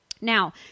Now